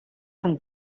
from